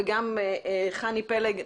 וגם חני פלג,